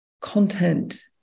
content